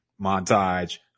montage